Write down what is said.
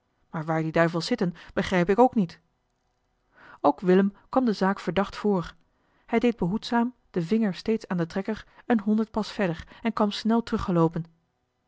maar waar die duivels zitten begrijp ik ook niet ook willem kwam de zaak verdacht voor hij deed behoedzaam den vinger steeds aan den trekker een honderd pas verder en kwam snel